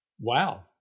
Wow